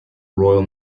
royal